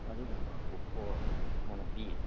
ꯑꯗꯨꯒꯨꯝꯕ ꯀꯣꯈꯣꯔ ꯅꯥꯅꯞꯄꯤ